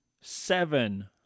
seven